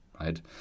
right